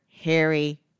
Harry